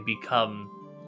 become